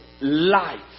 life